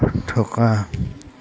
থকা